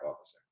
officer